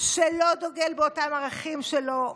שלא דוגל באותם ערכים שלו,